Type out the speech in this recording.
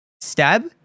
Stab